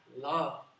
love